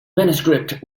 manuscript